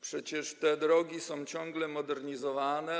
Przecież te drogi są ciągle modernizowane.